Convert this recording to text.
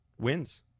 wins